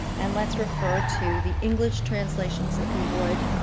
and let's refer to the english translations, if you would.